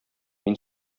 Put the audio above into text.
мин